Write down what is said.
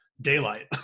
daylight